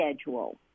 schedule